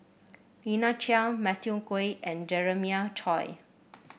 Lina Chiam Matthew Ngui and Jeremiah Choy